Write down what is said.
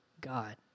God